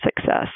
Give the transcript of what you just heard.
success